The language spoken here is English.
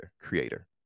creator